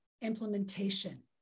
implementation